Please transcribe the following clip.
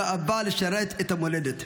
עם גאווה לשרת את המולדת.